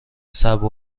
صعب